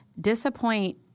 Disappoint